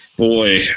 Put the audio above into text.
Boy